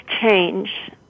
change